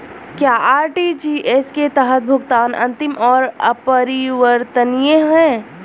क्या आर.टी.जी.एस के तहत भुगतान अंतिम और अपरिवर्तनीय है?